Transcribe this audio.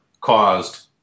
caused